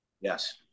Yes